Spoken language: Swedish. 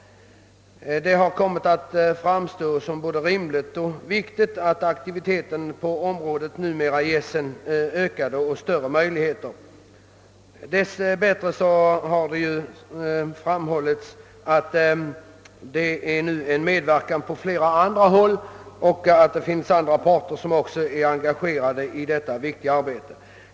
Det har kommit att framstå som både rimligt och viktigt att åt aktiviteten på området ges ökade möjligheter. Dess bättre är, som tidigare framhållits, flera parter engagerade i detta viktiga arbete.